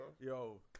Yo